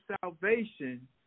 salvation